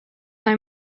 buy